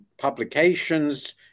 publications